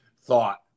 thought